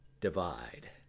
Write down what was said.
divide